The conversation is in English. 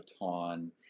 baton